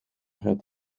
het